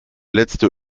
letzte